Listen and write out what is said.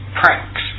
pranks